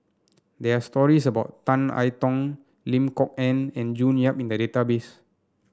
there are stories about Tan I Tong Lim Kok Ann and June Yap in the database